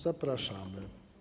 Zapraszamy.